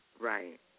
Right